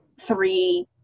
three